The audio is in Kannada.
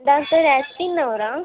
ಡಾಕ್ಟರ್ ಆಸ್ಟಿನ್ನವರ